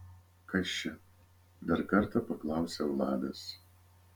kas čia dar kartą paklausia vladas